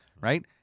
right